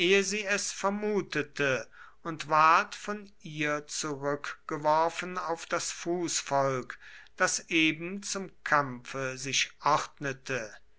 vermutete und ward von ihr zurückgeworfen auf das fußvolk das eben zum kampfe sich ordnete